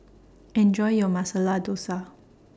Enjoy your Masala Dosa